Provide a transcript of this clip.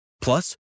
Plus